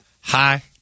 Hi